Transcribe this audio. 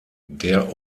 der